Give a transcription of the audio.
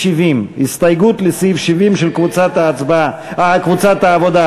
הסתייגות לסעיף 70 של קבוצת העבודה.